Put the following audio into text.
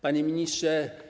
Panie Ministrze!